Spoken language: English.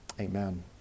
Amen